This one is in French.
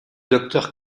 docteur